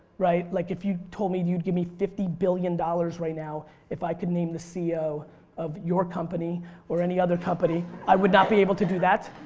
right? like if you told me you'd give me fifty billion dollars right now if i could name the ceo of your company or any other company i would not be able to do that.